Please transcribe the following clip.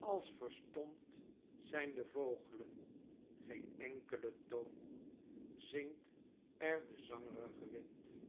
als verstomd zijn de vooglen geen enkelen toon zingt er de zangrige wind